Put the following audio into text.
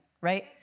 right